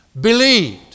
believed